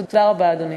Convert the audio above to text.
תודה רבה, אדוני.